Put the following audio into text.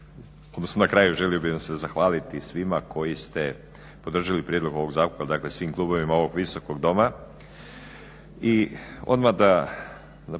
odnosno na kraju želio vam bih se zahvaliti svima koji ste podržali prijedlog ovog zakona, dakle svim klubovima ovog Visokog doma